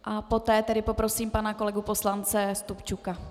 A poté poprosím pana kolegu poslance Stupčuka.